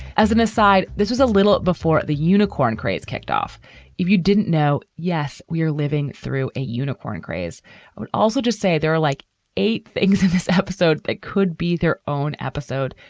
as an aside, this was a little before the unicorn craze kicked off if you didn't know. yes, we are living through a unicorn craze. i would also just say there are like eight things in this episode. it could be their own episode.